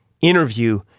interview